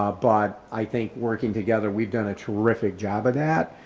ah but i think working together, we've done a terrific job at that.